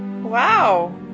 Wow